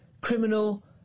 criminal